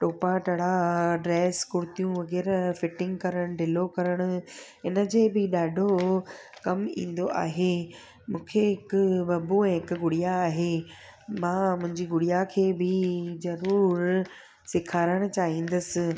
टोपाटड़ा dress कुर्तियूं वग़ैरह fitting करणु ढिलो करणु हिन जे बि ॾाढो कमु ईंदो आहे मूंखे हिकु बबू हिक गुड़िया आहे मां मुंहिंजी गुड़िया खे बि ज़रूरु सेखारणु चाहींदसि